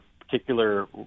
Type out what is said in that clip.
particular